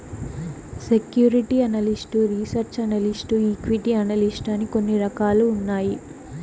security analyst research analyst equity analyst అని కొన్ని రకాలు ఉన్నాయి